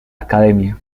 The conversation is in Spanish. academia